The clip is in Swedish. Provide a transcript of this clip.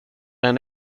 den